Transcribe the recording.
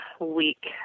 week